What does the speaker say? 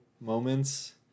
moments